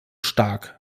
stark